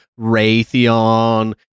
Raytheon